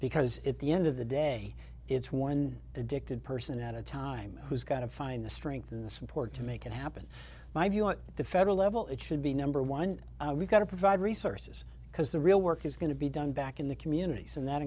because at the end of the day it's one addicted person at a time who's got to find the strength in this report to make it happen my view on the federal level it should be number one we've got to provide resources because the real work is going to be done back in the communit